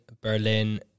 Berlin